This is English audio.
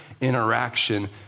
interaction